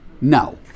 No